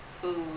food